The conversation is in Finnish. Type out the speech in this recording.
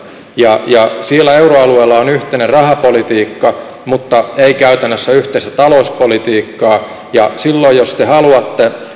ja ja euroalueella on yhteinen rahapolitiikka mutta ei käytännössä yhteistä talouspolitiikkaa ja silloin jos te haluatte